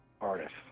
artist